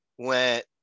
went